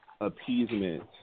appeasement